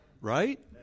Right